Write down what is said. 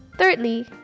Thirdly